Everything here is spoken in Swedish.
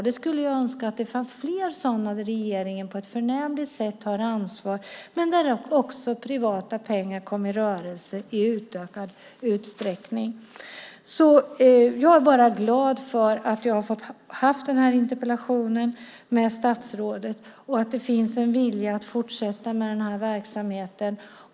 Jag skulle önska att det fanns fler sådana projekt där regeringen på ett förnämligt sätt tar ansvar men där också privata pengar kommer i rörelse i utökad utsträckning. Jag är bara glad för att jag har fått ha den här interpellationsdebatten med statsrådet och att det finns en vilja att fortsätta med den här verksamheten.